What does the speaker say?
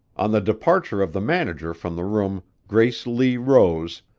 on the departure of the manager from the room grace lee rose,